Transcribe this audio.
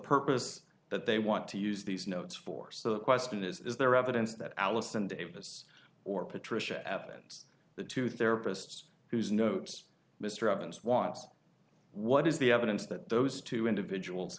purpose that they want to use these notes for so the question is is there evidence that alison davis or patricia evans the two therapists whose notes mr evans wants what is the evidence that those two individuals